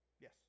Yes